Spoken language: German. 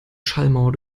schallmauer